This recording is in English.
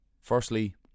Firstly